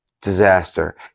Disaster